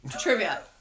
trivia